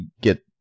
get